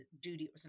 duty